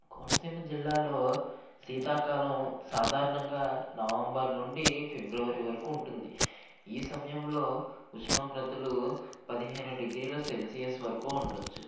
కోనసీమ జిల్లాలో శీతాకాలం సాధారణంగా నవంబర్ నుండి ఫిబ్రవరి వరకు ఉంటుంది ఈ సమయంలో ఉష్ణోగ్రతలు పదిహేను డిగ్రీల సెల్సియస్ వరకు ఉండవచ్చు